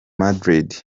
madrid